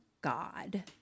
god